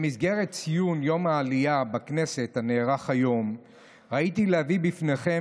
במסגרת ציון יום העלייה בכנסת הנערך היום ראיתי לנכון להביא בפניכם